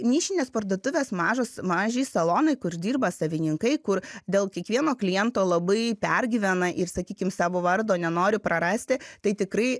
nišinės parduotuvės mažos maži salonai kur dirba savininkai kur dėl kiekvieno kliento labai pergyvena ir sakykim savo vardo nenori prarasti tai tikrai